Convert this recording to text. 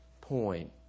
point